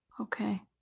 Okay